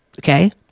okay